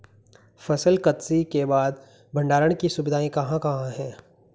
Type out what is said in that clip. फसल कत्सी के बाद भंडारण की सुविधाएं कहाँ कहाँ हैं?